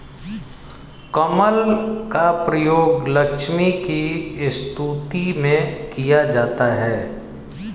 कमल का प्रयोग लक्ष्मी की स्तुति में किया जाता है